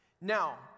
Now